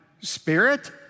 Spirit